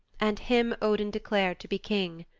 and him odin declared to be king.